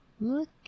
look